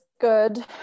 good